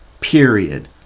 period